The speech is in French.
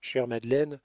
chère madeleine